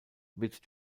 wird